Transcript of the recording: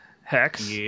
Hex